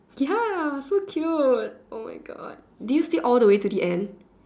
ya so cute oh my God did you stay all the way to the end